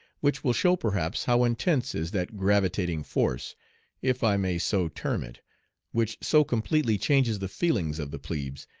which will show perhaps how intense is that gravitating force if i may so term it which so completely changes the feelings of the plebes,